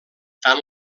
tant